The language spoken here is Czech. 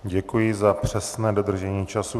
Děkuji za přesné dodržení času.